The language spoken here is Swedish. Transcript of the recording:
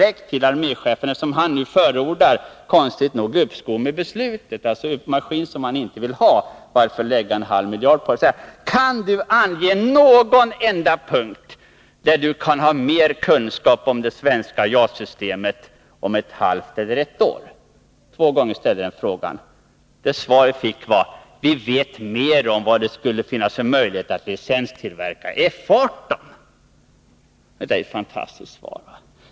Eftersom arméchefen — som tidigare varit mot JAS — nu konstigt nog förordar uppskov med beslutet och jag undrade varför det skulle läggas en halv miljard på en maskin han inte ville ha, frågade jag honom direkt: Kan du ange någon enda punkt där du kan ha mer kunskap om det svenska JAS-systemet om ett halvt eller ett år? Två gånger ställde jag den frågan. Det svar jag fick var: Vi vet mer om vad det skulle finnas för möjlighet att licenstillverka F 18. Detta är ett märkligt svar!